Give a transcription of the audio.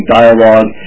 dialogue